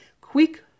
quick